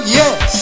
yes